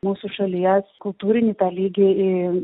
mūsų šalies kultūrinį tolygiai